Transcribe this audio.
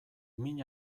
min